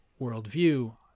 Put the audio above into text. worldview